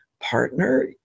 partner